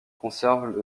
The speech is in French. conserve